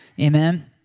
Amen